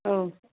औ